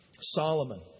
Solomon